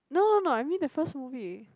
no no no I mean the first movie